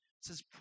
says